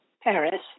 Paris